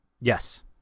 Yes